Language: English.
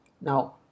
now